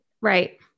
right